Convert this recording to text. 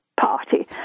party